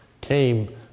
came